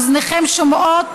אוזניכם שומעות?